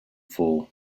fall